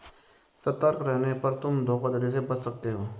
सतर्क रहने पर तुम धोखाधड़ी से बच सकते हो